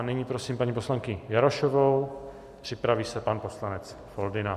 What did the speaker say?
Nyní prosím paní poslankyni Jarošovou, připraví se pan poslanec Foldyna.